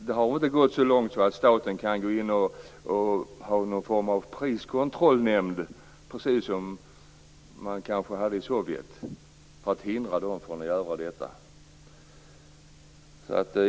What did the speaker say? Det har väl inte gått så långt att staten har tillsatt någon form av priskontrollnämnd, precis som man kanske hade i Sovjet, för att förhindra hyresgästerna från att genomföra en ombildning.